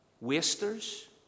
Wasters